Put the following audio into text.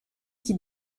qui